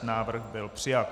Návrh byl přijat.